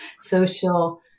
social